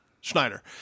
Schneider